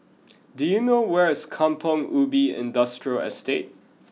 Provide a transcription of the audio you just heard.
do you know where is Kampong Ubi Industrial Estate